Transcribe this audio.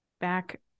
back